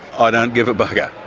i don't give a bugger,